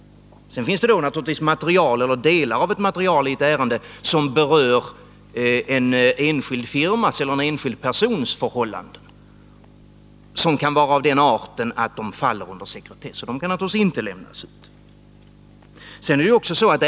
Sedan finns det naturligtvis material eller delar av material i ett ärende som berör en enskild firmas eller en enskild persons förhållanden och som kan vara av den arten att de faller under sekretess, och de kan naturligtvis inte lämnas ut.